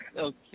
Okay